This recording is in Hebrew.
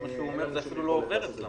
לפי מה שהוא אומר, זה אפילו לא עובר אצלם.